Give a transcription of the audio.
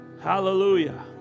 Hallelujah